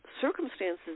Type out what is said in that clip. circumstances